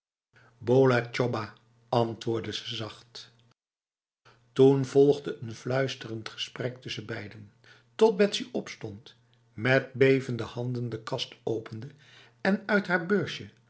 tjobah antwoordde ze zacht toen volgde een fluisterend gesprek tussen beiden tot betsy opstond met bevende handen de kast opende en uit haar beursje